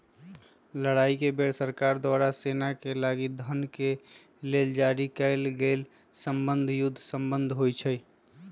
लड़ाई के बेर सरकार द्वारा सेनाके लागी धन के लेल जारी कएल गेल बन्धन युद्ध बन्धन होइ छइ